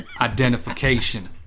identification